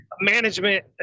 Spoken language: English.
management